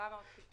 החומש